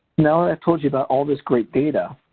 now that i've told you about all this great data,